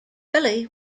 billy